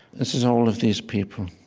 this is all of these people,